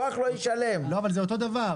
אבל זה אותו דבר.